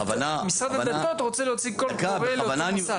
משרד הדתות רוצה להוציא קול קורא לאותו מוסד.